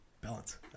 balance